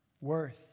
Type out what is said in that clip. worth